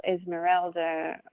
Esmeralda